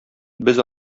без